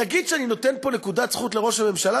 נגיד שאני נותן פה נקודת זכות לראש הממשלה,